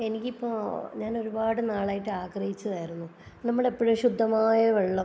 എനിക്കിപ്പോൾ ഞാൻ ഒരുപാട് നാളായിട്ട് ആഗ്രഹിച്ചതായിരുന്നു നമ്മളെപ്പോഴും ശുദ്ധമായ വെള്ളം